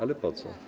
Ale po co?